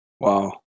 Wow